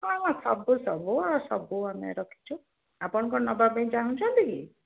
ହଁ ହଁ ସବୁ ସବୁ ସବୁ ଆମେ ରଖିଛୁ ଆପଣ କ'ଣ ନେବା ପାଇଁ ଚାହୁଁଛନ୍ତି କି